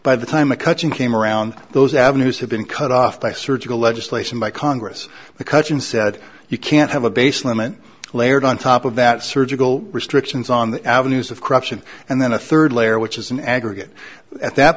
by the time mccutcheon came around those avenues have been cut off by surgical legislation by congress because you said you can't have a base limit layered on top of that surgical restrictions on the avenues of corruption and then a third layer which is an aggregate at that